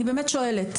אני באמת שואלת.